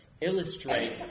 illustrate